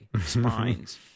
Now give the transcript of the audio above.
spines